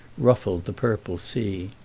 ruffled the purple sea.